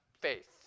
faith